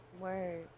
Word